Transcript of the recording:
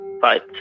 fight